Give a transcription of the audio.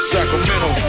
Sacramento